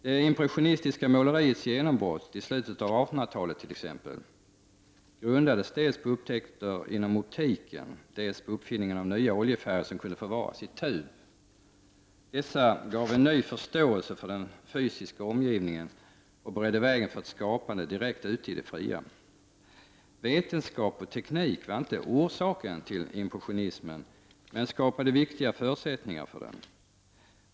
Det impressionistiska måleriets genombrott i slutet av 1800-talet grundades dels på upptäckter inom optiken, dels på uppfinningen av nya oljefärger som kunde förvaras i tub. Dessa gav en ny förståelse för den fysiska omgivningen och beredde vägen för ett skapande direkt ute i det fria. Vetenskap och teknik var inte orsaken till impressionismen men det skapade viktiga förutsättningar för den.